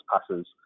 passes